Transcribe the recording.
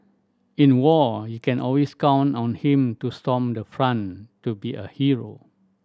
in war you can always count on him to storm the front to be a hero